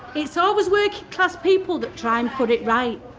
it's always working-class people that try and put it right.